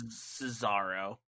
Cesaro